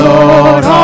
Lord